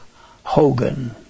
hogan